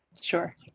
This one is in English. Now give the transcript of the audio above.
Sure